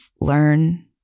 learn